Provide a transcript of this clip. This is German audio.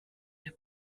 der